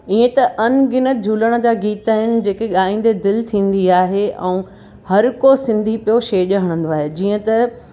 इहे त अनगिनत झूलण जा गीत आहिनि जेके ॻाईंदे दिलि थींदी आहे ऐं हर को सिंधी पियो छेॼ हणंदो आहे जीअं त